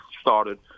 started